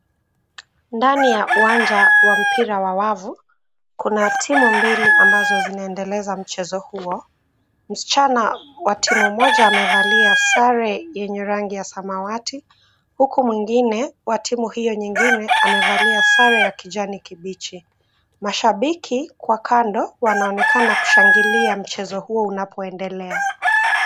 Ndani ya uwanja wa mpiwa wa wavu, kuna timu mbili ambazo zinaendeleza mchezo huo. Msichana wa timu moja amevalia sare yenye rangi ya samawati huku mwengine wa timu hio nyingine amevalia sare ya kijani kibichi. Mashabiki kwa kando wanaonekana wakishangilia mchezo huo unapoendelea.